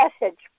message